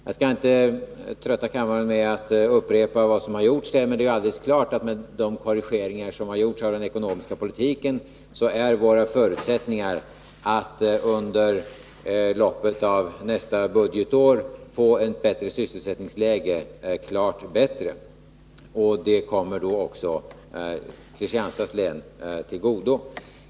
Jag skallinte trötta kammarens ledamöter med att upprepa vad som gjorts, men det är alldeles klart att med de korrigeringar som gjorts av den ekonomiska politiken har vi fått bättre förutsättningar att under loppet av nästa budgetår åstadkomma ett gynnsammare sysselsättningsläge. Det kommer då också Kristianstads län till godo.